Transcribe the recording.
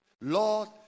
Lord